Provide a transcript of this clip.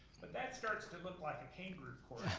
but that starts to look like a kangaroo court,